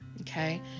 Okay